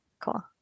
Cool